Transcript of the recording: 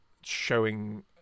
showing